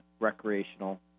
Recreational